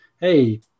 hey